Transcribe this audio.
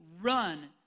run